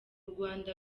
rwanda